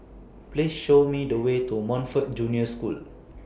Please Show Me The Way to Montfort Junior School